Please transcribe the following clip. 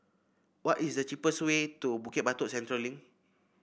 what is the cheapest way to Bukit Batok Central Link